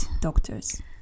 doctors